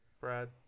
Brad